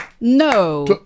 no